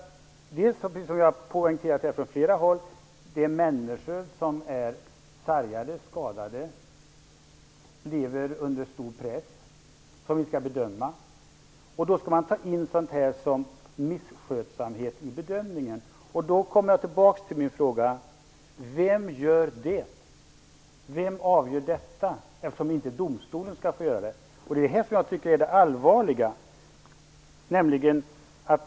Precis som det har poängterats från flera håll är det människor som är sargade, skadade och som lever under stor press som vi skall bedöma. Då skall man ta in sådant som misskötsamhet i bedömningen. Därför kommer jag tillbaka till min fråga: Vem avgör detta, eftersom inte domstolen skall få göra det? Det är det här som jag tycker är det allvarliga.